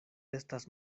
estas